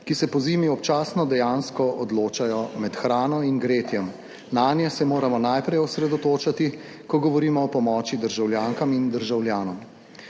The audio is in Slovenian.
ki se pozimi občasno dejansko odločajo med hrano in gretjem. Nanje se moramo najprej osredotočiti, ko govorimo o pomoči državljankam in državljanom.